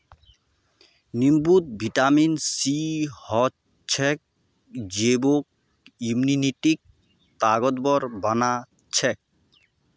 नींबूत vitamin C ह छेक जेको इम्यूनिटीक ताकतवर बना छेक